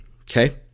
Okay